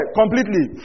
completely